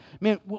Man